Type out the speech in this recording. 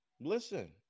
listen